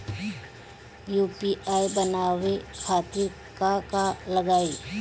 UPI बनावे खातिर का का लगाई?